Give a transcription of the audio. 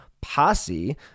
posse